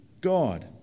God